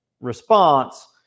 response